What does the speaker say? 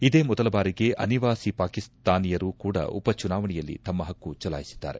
ಇದೇ ಮೊದಲ ಬಾರಿಗೆ ಅನಿವಾಸಿ ಪಾಕಿಸ್ತಾನಿಯವರು ಕೂಡ ಉಪಚುನಾವಣೆಯಲ್ಲಿ ತಮ್ಮ ಹಕ್ಕು ಚಲಾಯಿಸಿದ್ದಾರೆ